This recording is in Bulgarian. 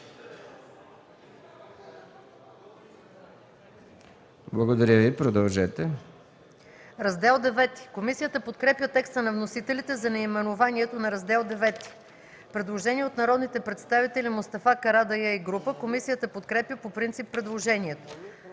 Благодаря Ви. Продължете